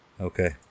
Okay